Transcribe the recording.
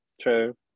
True